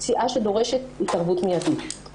פציעה שדורשת התערבות מיידית,